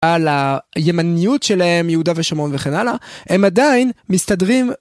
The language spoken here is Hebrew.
על הימניות שלהם יהודה ושומרון וכן הלאה הם עדיין מסתדרים